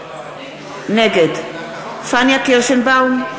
נגד פניה קירשנבאום,